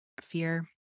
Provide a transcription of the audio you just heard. fear